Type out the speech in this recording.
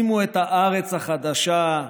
תקימו את הארץ החדשה: